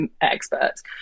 experts